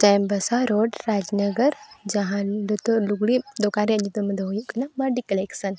Chaibasa road Rajnagar ᱡᱟᱦᱟᱸ ᱱᱤᱛᱚᱜ ᱞᱩᱜᱽᱲᱤᱡ ᱫᱚᱠᱟᱱ ᱨᱮᱭᱟᱜ ᱧᱩᱛᱩᱢ ᱫᱚ ᱦᱩᱭᱩᱜ ᱠᱟᱱᱟ ᱢᱟᱱᱰᱤ ᱠᱟᱞᱮᱠᱥᱚᱱ